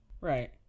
Right